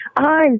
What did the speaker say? Hi